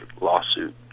lawsuit